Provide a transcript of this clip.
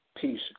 peace